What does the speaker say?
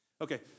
Okay